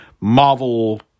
Marvel